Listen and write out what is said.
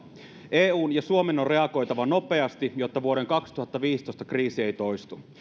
eun ja suomen on reagoitava nopeasti jotta vuoden kaksituhattaviisitoista kriisi ei toistu